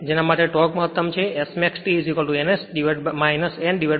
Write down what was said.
તેથી Smax Tn S nn S છે